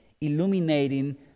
illuminating